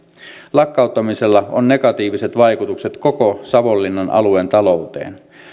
lakkauttamisella on negatiiviset vaikutukset koko savonlinnan alueen talouteen